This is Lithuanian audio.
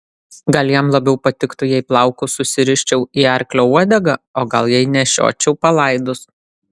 gal jam labiau patiktų jei plaukus susiriščiau į arklio uodegą o gal jei nešiočiau palaidus